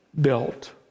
built